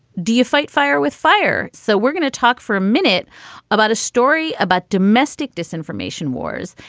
do you fight fire with fire? so we're gonna talk for a minute about a story about domestic disinformation wars.